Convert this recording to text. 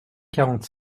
quarante